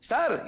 Sir